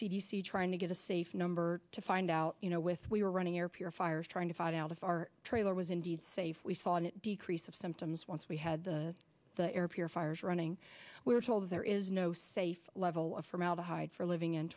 c trying to get a safe number to find out you know with we were running air purifiers trying to find out if our trailer was indeed safe we thought it decrease of symptoms once we had the the air purifiers running we were told there is no safe level of formaldehyde for living in